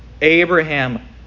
Abraham